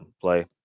play